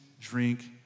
drink